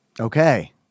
Okay